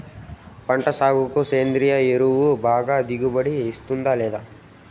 పంట సాగుకు సేంద్రియ ఎరువు బాగా దిగుబడి ఇస్తుందా లేదా